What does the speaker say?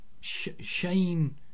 Shane